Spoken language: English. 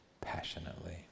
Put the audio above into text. passionately